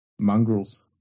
mongrels